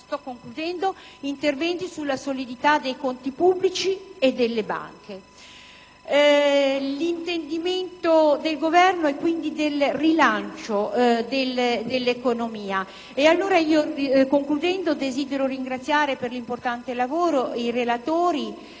aver concretizzato interventi sulla solidità dei conti pubblici e delle banche. L'intendimento del Governo è quindi quello del rilancio dell'economia. In conclusione, desidero ringraziare per l'importante lavoro i relatori,